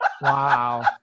Wow